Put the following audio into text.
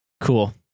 cool